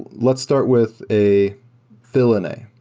let's start with a fillna.